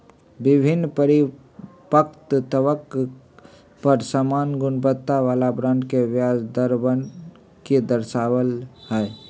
विभिन्न परिपक्वतवन पर समान गुणवत्ता वाला बॉन्ड के ब्याज दरवन के दर्शावा हई